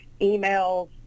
emails